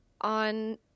on